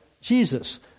Jesus